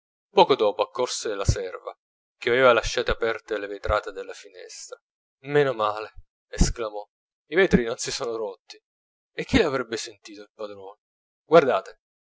poco dopo accorse la serva che avea lasciate aperte le vetrate della finestra meno male esclamò i vetri non si sono rotti e chi l'avrebbe sentito il padrone guardate